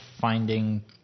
finding